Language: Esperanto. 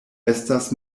estas